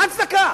מה ההצדקה?